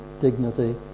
dignity